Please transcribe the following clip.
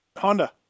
Honda